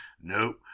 Nope